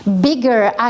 bigger